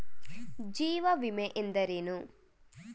ಜೀವ ವಿಮೆ ಎಂದರೇನು?